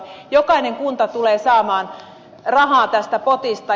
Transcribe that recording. jokainen kunta tulee saamaan rahaa tästä potista